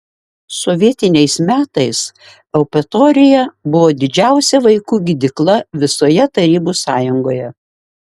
sovietiniais metais eupatorija buvo didžiausia vaikų gydykla visoje tarybų sąjungoje